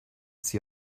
sie